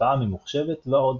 הצבעה ממוחשבת ועוד.